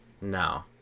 No